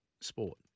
sport